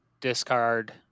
discard